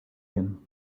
him